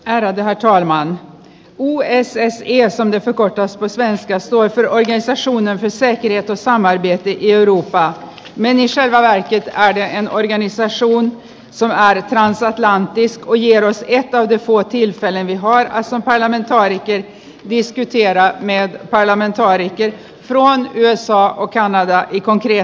hän eteni thaimaan puueseen ja sand joka joskus ehkä soiton aiheisen suunnan ja sekin että sama dieetti joudu vaan meni säävälä ja taide hienoja niissä asuu saaden näin saatuaan iskujen asiakkaiden vuoti eilen ihoa ison eläimen tai viiskyt siellä menee parlamentaarikin ruoan yö saa kokea näitä j kontio